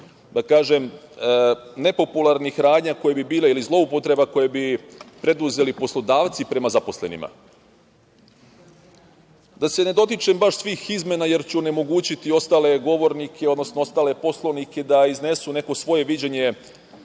eventualnih nepopularnih radnji koje bi bile ili zloupotreba koje bi preduzeli poslodavci prema zaposlenima. Da se ne dotičem baš svih izmena jer ću onemogućiti ostale govornike, odnosno ostale poslanike da iznesu neko svoje viđenje